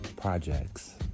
Projects